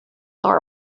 are